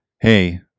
Hey